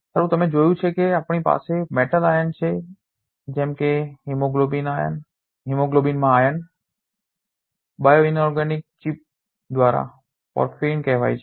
સારું તમે જોયું છે કે આપણી પાસે મેટલ આયન છે જેમ કે હિમોગ્લોબિનમાં આયર્ન બાયોઇનોર્ગેનિક ચિપ દ્વારા પોર્ફિરિન કેહેવાય છે